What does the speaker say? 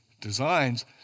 designs